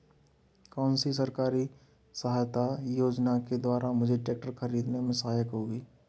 कौनसी सरकारी सहायता योजना के द्वारा मुझे ट्रैक्टर खरीदने में सहायक होगी?